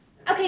Okay